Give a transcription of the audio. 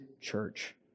church